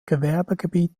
gewerbegebiet